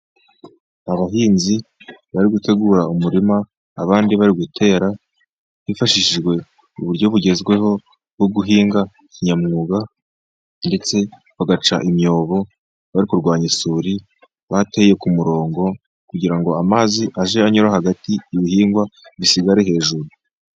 Abahinzi bari gutegura umurima, abandi barigutera hifashishijwe uburyo bugezweho bwo guhinga inyamwuga, ndetse bagaca imyobo bari kurwanya isuri bateye ku murongo kugira ngo amazi ajye anyura hagati y'ibihingwa, ibihingwa bisigare hejuru.